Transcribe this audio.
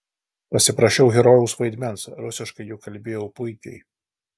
pasiprašiau herojaus vaidmens rusiškai juk kalbėjau puikiai